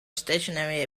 stationary